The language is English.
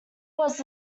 was